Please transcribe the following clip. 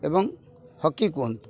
ଏବଂ ହକି କୁହନ୍ତୁ